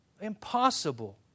Impossible